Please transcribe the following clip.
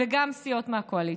וגם סיעות מהקואליציה.